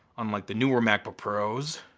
unlike the newer macbook pros.